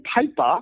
paper